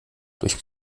durch